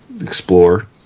explore